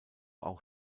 auch